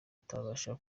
atabasha